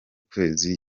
kwezi